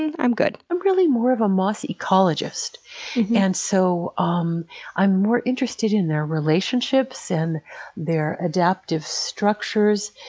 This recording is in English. and i'm good. i'm really more of a moss ecologist and so um i'm more interested in their relationships and their adaptive structures.